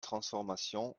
transformation